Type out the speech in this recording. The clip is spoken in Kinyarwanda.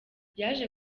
yaje